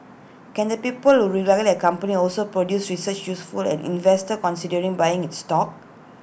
can the people who regulate A company also produce research useful an investor considering buying its stock